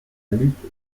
lutte